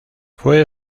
fue